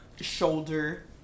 shoulder